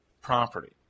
property